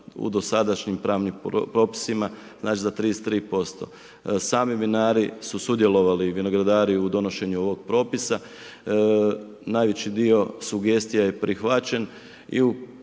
u dosadašnjim pravnim propisima znači za 33%. Sami vinari su sudjelovali i vinogradari u donošenju ovog propisa, najveći dio sugestija je prihvaćen i u